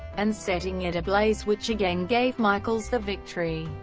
and setting it ablaze which again gave michaels the victory.